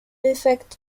effect